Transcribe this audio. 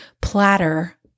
platter